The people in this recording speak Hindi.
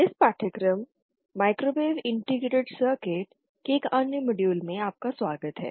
इस पाठ्यक्रम माइक्रोवेव इंटीग्रेटेड सर्किट के एक अन्य मॉड्यूल में आपका स्वागत है